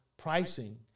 Pricing